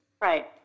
Right